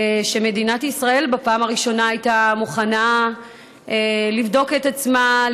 כשמדינת ישראל בפעם הראשונה הייתה מוכנה לבדוק את עצמה,